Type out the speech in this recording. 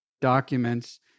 documents